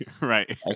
right